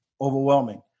overwhelming